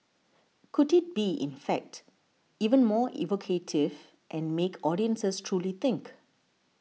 could it be in fact even more evocative and make audiences truly think